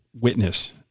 witness